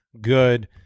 good